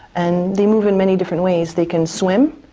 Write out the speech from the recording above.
and they move in many different ways, they can swim,